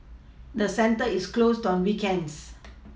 the centre is closed on weekends